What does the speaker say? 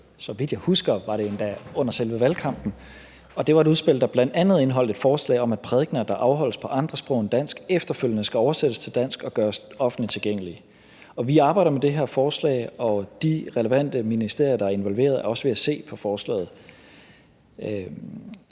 så vidt jeg husker, var det endda under selve valgkampen – og det var et udspil, der bl.a. indeholdt et forslag om, at prædikener, der afholdes på andre sprog end dansk, efterfølgende skal oversættes til dansk og gøres offentligt tilgængelige. Og vi arbejder med det her forslag, og de relevante ministerier, der er involveret, er også ved at se på forslaget.